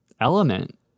element